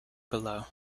below